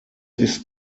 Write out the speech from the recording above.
ist